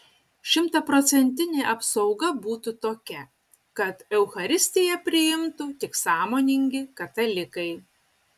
šimtaprocentinė apsauga būtų tokia kad eucharistiją priimtų tik sąmoningi katalikai